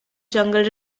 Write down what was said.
jungle